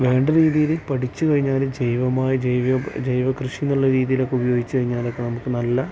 വേണ്ട രീതിയിൽ പഠിച്ച് കഴിഞ്ഞാൽ ജെവമായ ജെവ ജൈവക്കൃഷി എന്നുള്ള രീതിയിലൊക്കെ ഉപയോഗിച്ചു കഴിഞ്ഞാലൊക്കെ നമുക്ക് നല്ല